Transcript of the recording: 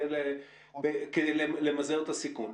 כדי למזער את הסיכון.